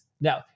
Now